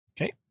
Okay